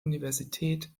universität